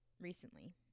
recently